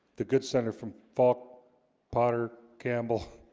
the good senator from fogg potter gamble